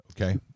okay